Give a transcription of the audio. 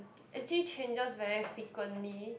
actually changes very frequently